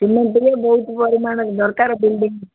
cement ଟିକେ ବହୁତ ପରିମାଣରେ ଦରକାର ବିଲଡିଂ